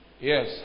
Yes